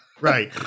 right